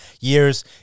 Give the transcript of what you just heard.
years